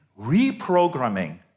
reprogramming